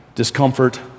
Discomfort